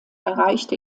erreichte